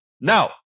Now